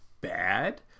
bad